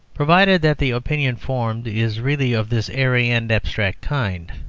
provided that the opinion formed is really of this airy and abstract kind,